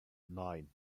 nine